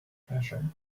treasure